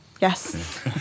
Yes